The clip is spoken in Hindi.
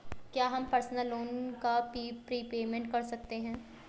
क्या हम पर्सनल लोन का प्रीपेमेंट कर सकते हैं?